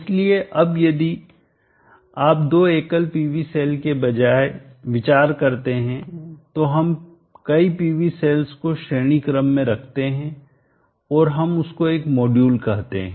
इसलिए अब यदि आप दो एकल PV सेल के बजाय विचार करते हैं तो हम कई PV सेल्स को श्रेणी क्रम में रखते हैं और हम उसको एक मॉड्यूल कहते हैं